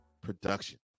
production